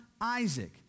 Isaac